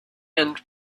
and